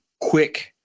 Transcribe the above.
quick